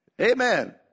Amen